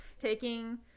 taking